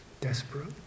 desperate